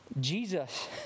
Jesus